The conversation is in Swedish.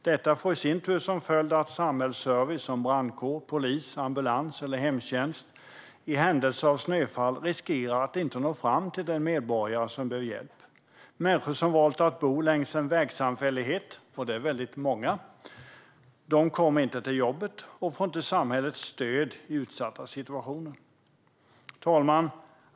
Detta får i sin tur som följd att samhällsservice som brandkår, polis, ambulans eller hemtjänst i händelse av snöfall riskerar att inte nå fram till den medborgare som behöver hjälp. Människor som valt att bo längs en vägsamfällighet - det är många - kommer inte till jobbet och får inte samhällets stöd i utsatta situationer. Fru talman!